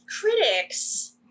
critics